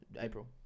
April